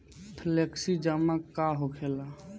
Flexi जमा का होखेला?